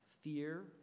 Fear